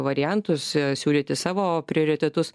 variantus siūlyti savo prioritetus